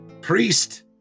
priest